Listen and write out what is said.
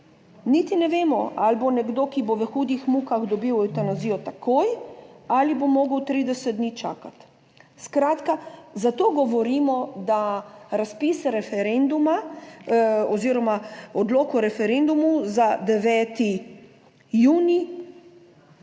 niti ne vemo, ali bo nekdo, ki bo v hudih mukah, dobil evtanazijo takoj, ali bo mogel 30 dni čakati. Skratka zato govorimo, da razpis referenduma oziroma odlok o referendumu za 9. junij